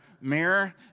mirror